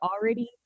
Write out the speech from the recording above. already